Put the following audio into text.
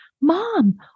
Mom